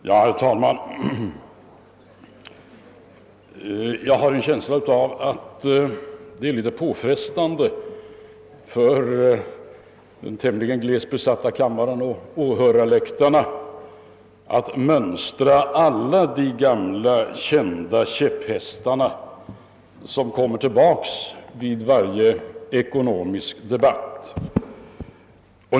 Herr talman! Jag har en känsla av att det är litet påfrestande för den tiämligen glest besatta kammaren och åhörarläktarna att mönstra alla de gamla kända käpphästarna som kommer tillbaka vid varje ekonomisk debatt.